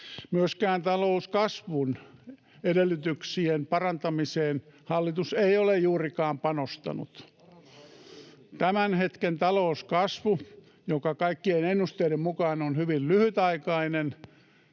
Myöskään talouskasvun edellytyksien parantamiseen hallitus ei ole juurikaan panostanut. [Tuomas Kettunen: Korona hoidettiin hyvin!] Tämän hetken talouskasvu, joka kaikkien ennusteiden mukaan on hyvin lyhytaikainen,